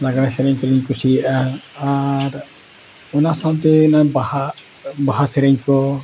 ᱞᱟᱜᱽᱲᱮ ᱥᱮᱨᱮᱧ ᱠᱚᱞᱤᱧ ᱠᱩᱥᱤᱭᱟᱜᱼᱟ ᱟᱨ ᱚᱱᱟ ᱥᱟᱶᱛᱮ ᱚᱱᱟ ᱵᱟᱦᱟ ᱵᱟᱦᱟ ᱥᱮᱨᱮᱧ ᱠᱚ